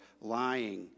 lying